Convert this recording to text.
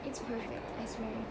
it's perfect I swear